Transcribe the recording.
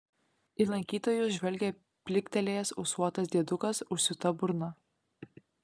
į lankytojus žvelgia pliktelėjęs ūsuotas diedukas užsiūta burna